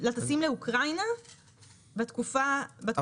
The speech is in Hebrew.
לטסים לאוקראינה בתקופה הזאת.